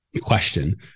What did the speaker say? question